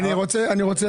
אני לא מתנגד לשום דבר.